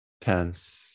tense